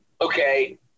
okay